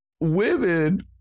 Women